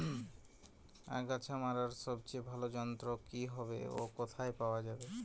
আগাছা মারার সবচেয়ে ভালো যন্ত্র কি হবে ও কোথায় পাওয়া যাবে?